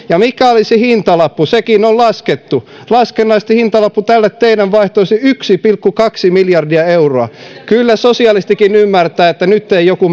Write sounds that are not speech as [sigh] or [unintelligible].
ja mikä olisi hintalappu sekin on laskettu laskennallisesti hintalappu tälle teidän vaihtoehdollenne olisi yksi pilkku kaksi miljardia euroa kyllä sosialistikin ymmärtää että nyt ei joku [unintelligible]